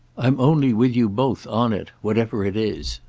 i'm only with you both on it, whatever it is.